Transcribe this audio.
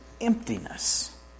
emptiness